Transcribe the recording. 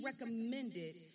recommended